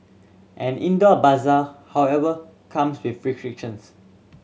an indoor bazaar however comes with restrictions